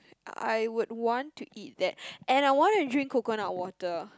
I would want to eat that and I wanna drink coconut water